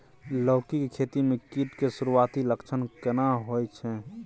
लौकी के खेती मे कीट के सुरूआती लक्षण केना होय छै?